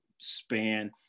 span